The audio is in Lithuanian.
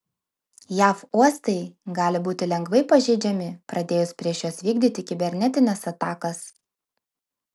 jav uostai gali būti lengvai pažeidžiami pradėjus prieš juos vykdyti kibernetines atakas